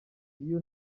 iyo